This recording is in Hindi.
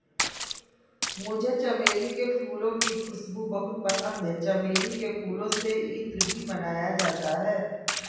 मुझे चमेली के फूलों की खुशबू बहुत पसंद है चमेली के फूलों से इत्र भी बनाया जाता है